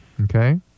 Okay